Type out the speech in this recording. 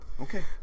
okay